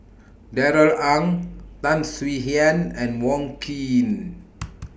Darrell Ang Tan Swie Hian and Wong Keen